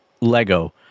Lego